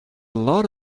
lot